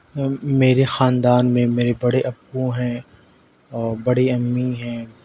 میرے خاندان میں میرے بڑے ابو ہیں اور بڑی امی ہیں